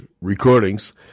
recordings